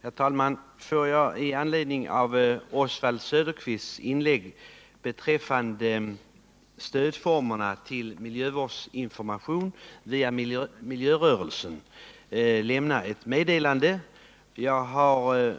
Herr talman! Jag vill med anledning av Oswald Söderqvists inlägg Fredagen den beträffande stödformerna till miljövårdsinformation via miljörörelserna 6 april 1979 lämna ett meddelande. Jag har